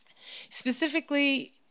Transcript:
Specifically